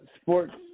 Sports